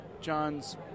John's